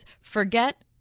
forget